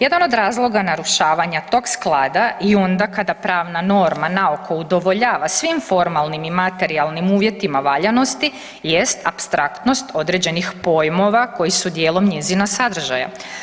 Jedan od razloga narušavanja tog sklada i onda kada pravna norma naoko udovoljava svim formalnim i materijalnim uvjetima valjanosti, jest apstraktnost određenih pojmova koji su dijelom njezina sadržaja.